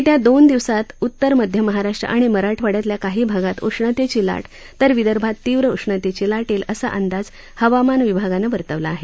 येत्या दोन दिवसात उत्तर मध्य महाराष्ट्र आणि मराठवाड्यातल्या काही भागात उष्णतेची लाट तर विदर्भात तीव्र उष्णतेची लाट येईल असा अंदाज हवामान विभागान वर्तवला आहे